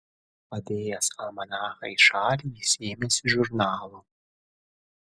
padėjęs almanachą į šalį jis ėmėsi žurnalų